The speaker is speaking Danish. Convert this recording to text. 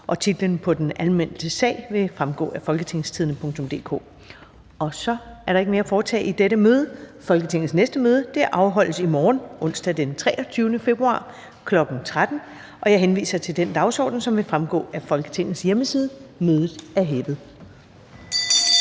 Titlen på den anmeldte sag vil fremgå af www.folketingstidende.dk (jf. ovenfor). Så er der ikke mere at foretage i dette møde. Folketingets næste møde afholdes i morgen, onsdag den 23. februar 2022, kl. 13.00. Jeg henviser til den dagsorden, som vil fremgå af Folketingets hjemmeside. Mødet er hævet.